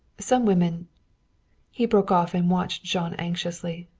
some women he broke off and watched jean anxiously.